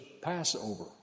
Passover